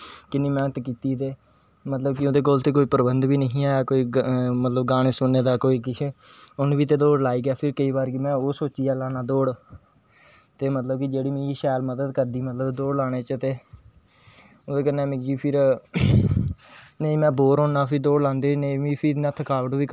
तरे तरे दा सीन बनाना सीनरी बनाना जियां सूरज डुब्बा दा ते सूरज़ काला काला होई गेदा किश्ती काली काली होई दी पानी च चला दी राती दा न्हेरे दा सीन फिर सवेरे दे फुल्ल साई पर खिले दे साईड़ पर प्हाड़ नदी झोंफड़ी बनी दी कुआं बने दा